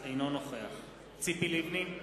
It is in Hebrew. אינו נוכח ציפי לבני,